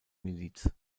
miliz